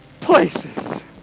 places